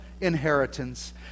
inheritance